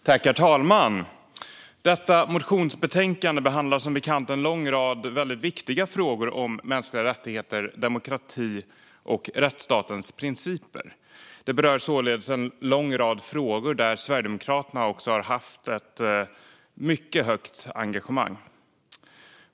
Herr talman! Detta motionsbetänkande behandlar som bekant en lång rad väldigt viktiga frågor om mänskliga rättigheter, demokrati och rättsstatens principer. Det berör således en lång rad frågor där Sverigedemokraterna har haft ett mycket stort engagemang.